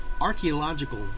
archaeological